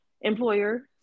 employer